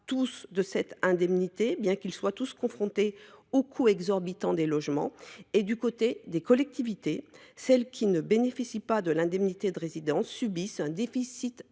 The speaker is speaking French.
tous de cette indemnité, bien qu’ils soient tous confrontés aux coûts exorbitants des logements ; d’autre part, du côté des collectivités, celles qui ne bénéficient pas de l’indemnité de résidence subissant un déficit